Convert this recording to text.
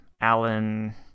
Alan